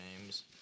names